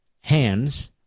hands